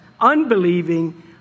unbelieving